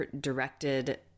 directed-